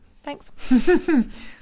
thanks